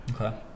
okay